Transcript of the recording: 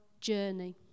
journey